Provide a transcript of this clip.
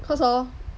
cause hor